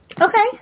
Okay